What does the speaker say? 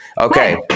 Okay